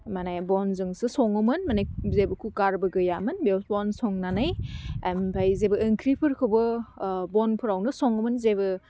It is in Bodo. माने बनजोंसो सङोमोन माने जे कुखारबो गैयामोन बेव बन संनानै एमफ्राय जेबो ओंख्रिफोरखौबो ओह बनफोरावनो सङोमोन जेबो